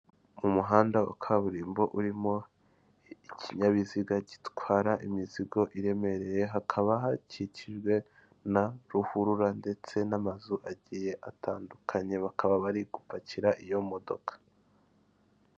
Umuhanda wa kaburimbo urimo ikinyabiziga gitwara imizigo iremereye, hakaba hakikijwe na ruhurura, ndetse n'amazu agiye atandukanye, bakaba bari gupakira iyo modoka.